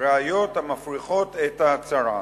ראיות המפריכות את ההצהרה.